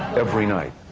every night.